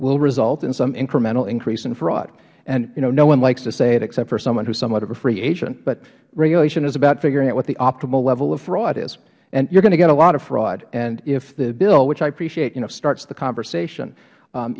will result in some incremental increase in fraud and you know no one likes to say it except for someone who is somewhat of a free agent but the bigger issue is about figuring what the optimum level of fraud is and you are going to get a lot of fraud and if the bill which i appreciate you know starts the conversation